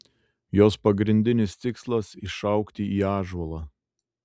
jos pagrindinis tikslas išaugti į ąžuolą